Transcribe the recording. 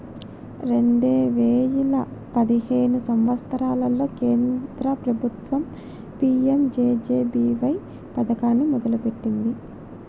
రెండే వేయిల పదిహేను సంవత్సరంలో కేంద్ర ప్రభుత్వం పీ.యం.జే.జే.బీ.వై పథకాన్ని మొదలుపెట్టింది